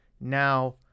Now